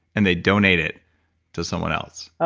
and they donate it to someone else ah,